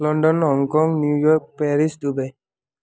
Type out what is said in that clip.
London Hong Kong New York Paris Dubai